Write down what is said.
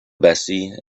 bessie